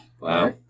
Wow